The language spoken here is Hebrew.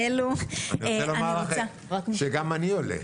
אני רוצה לומר לכם שגם אני עולה,